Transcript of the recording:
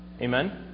Amen